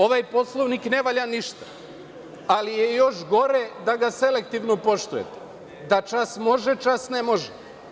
Ovaj Poslovnik ne valja ništa, ali još gore da ga selektivno poštujete, da čas može, da čas ne može.